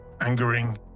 angering